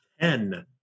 Ten